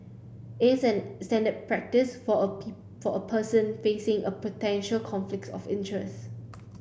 isn't the standard practice for a people for a person facing a potential conflict of interest